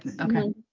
Okay